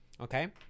Okay